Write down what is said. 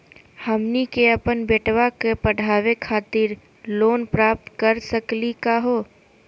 हमनी के अपन बेटवा क पढावे खातिर लोन प्राप्त कर सकली का हो?